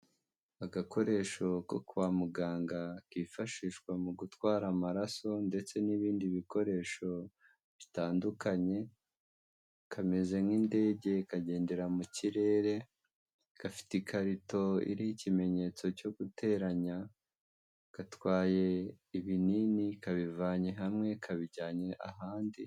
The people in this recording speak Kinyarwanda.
Agakoresho ko kwa muganga kifashishwa mu gutwara amaraso ndetse n'ibindi bikoresho bitandukanye, kameze nk'indege kagendera mu kirere gafite ikarito iriho ikimenyetso cyo guteranya, gatwaye ibinini kabivanye hamwe kabijyanye ahandi.